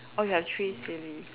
oh you have three silly